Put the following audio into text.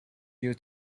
you